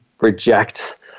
reject